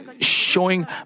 showing